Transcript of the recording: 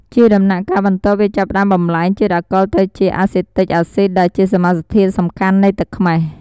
ជាដំណាក់កាលបន្ទាប់វាចាប់ផ្តើមបំប្លែងជាតិអាល់កុលទៅជា អាសេទិក អាស៊ីត ដែលជាសមាសធាតុសំខាន់នៃទឹកខ្មេះ។